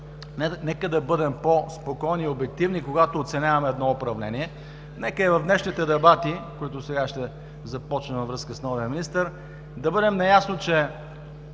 нека да бъдем по-спокойни и обективни, когато оценяваме едно управление. Нека и в днешните дебати, които сега ще започнем във връзка с новия министър, да бъдем наясно, че